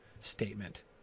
statement